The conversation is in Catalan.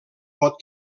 pot